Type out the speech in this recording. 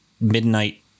midnight